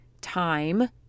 time